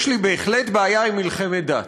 יש לי בהחלט בעיה עם מלחמת דת.